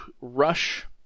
rush